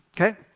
okay